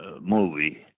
movie